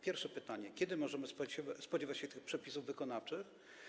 Pierwsze pytanie: Kiedy możemy spodziewać się tych przepisów wykonawczych?